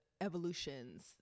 evolutions